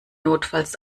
notfalls